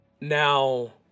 Now